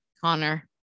Connor